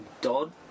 Dodd